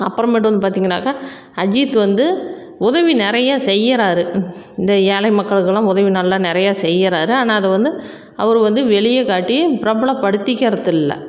அப்புறமேட்டு வந்து பார்த்திங்கனாக்கா அஜித்து வந்து உதவி நிறைய செய்கிறாரு இந்த ஏழை மக்களுக்குலாம் உதவி நல்லா நிறையா செய்கிறாரு ஆனால் அது வந்து அவர் வந்து வெளியே காட்டி பிரபலப்படுத்திக்குறதில்லை